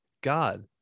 God